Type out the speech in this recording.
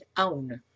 Own